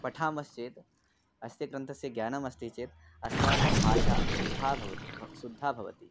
पठामश्चेद् अस्य ग्रन्थस्य ज्ञानमस्ति चेत् अस्माकं भाषा शुद्धा भव् शुद्धा भवति